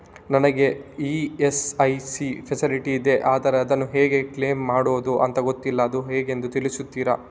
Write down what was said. ನನಗೆ ESIC facility ಇದೆ ಆದ್ರೆ ಅದನ್ನು ಹೇಗೆ ಕ್ಲೇಮ್ ಮಾಡೋದು ಅಂತ ಗೊತ್ತಿಲ್ಲ ಅದು ಹೇಗೆಂದು ತಿಳಿಸ್ತೀರಾ?